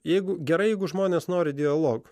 jeigu gerai jeigu žmonės nori dialogo